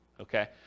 Okay